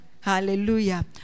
Hallelujah